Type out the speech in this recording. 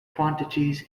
quantities